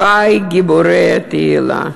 אחי גיבורי התהילה